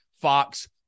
Fox